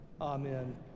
Amen